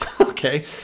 Okay